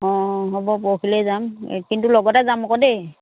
অ' হ'ব পৰহিলৈ যাম কিন্তু লগতে যাম আকৌ দেই